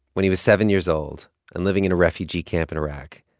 when he was seven years old and living in a refugee camp in iraq,